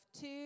Two